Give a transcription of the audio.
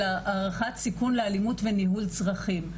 אלא הערכת סיכון לאלימות וניהול צרכים.